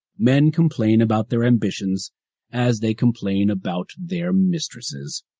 men complain about their ambitions as they complain about their mistresses.